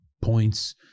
points